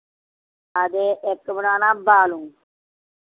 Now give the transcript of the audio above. हां ते इक बनाना बालू